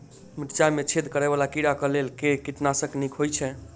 मिर्चाय मे छेद करै वला कीड़ा कऽ लेल केँ कीटनाशक नीक होइ छै?